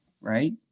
right